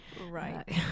Right